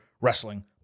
Wrestling